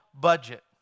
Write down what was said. budget